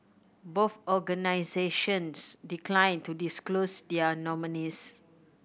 both organisations declined to disclose their nominees